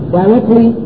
directly